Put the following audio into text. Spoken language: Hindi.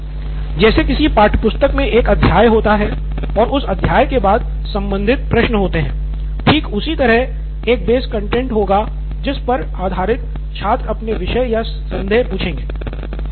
सिद्धार्थ मटूरी जैसे किसी पाठ्यपुस्तक में एक अध्याय होता है और उस अध्याय के बाद संबंधित प्रश्न होते है ठीक उसी तरह एक बेस कंटैंट होगा जिस पर आधारित छात्र अपने प्रश्न या संदेह पूछेंगे